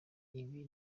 ibi